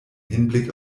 hinblick